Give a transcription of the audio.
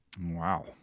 Wow